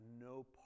no